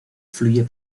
fluye